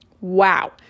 Wow